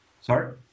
Sorry